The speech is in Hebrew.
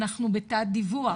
אנחנו בתא הדיווח,